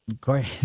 Great